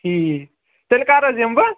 ٹھیٖک تیٚلہِ کَر حظ یِمہٕ بہٕ